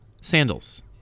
sandals